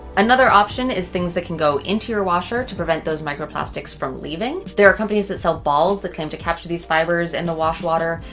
another option is things that can go into your washer to prevent those microplastics from leaving. there are companies that sell balls that claim to capture these fibers in the wash water.